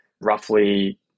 roughly